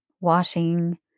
washing